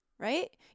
Right